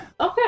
Okay